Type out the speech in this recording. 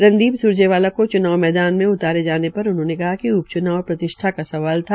रणदीप सुरजेवाला को चुनाव मव्वान में उतारे जाने पर उन्होंने कहा कि उप च्नाव प्रतिष्ठा का सवाल था